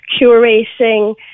curating